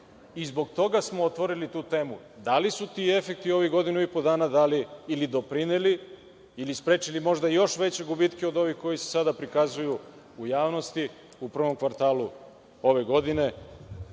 i zbog toga smo otvorili tu temu. Da li su ti efekti ovih godinu i po dana dali ili doprineli ili sprečili, možda, još veće gubitke od ovih koji se sada prikazuju u javnosti u prvom kvartalu ove godine,